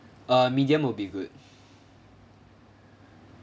uh medium will be good